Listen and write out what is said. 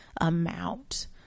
amount